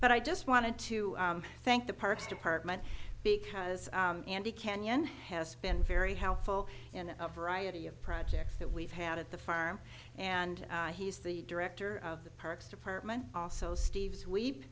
but i just wanted to thank the parks department because andy canyon has been very helpful in a variety of projects that we've had at the farm and he's the director of the parks department also steve's weep